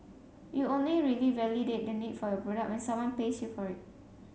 you only really validate the need for your product when someone pays you for it